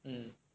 mm